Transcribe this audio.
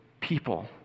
people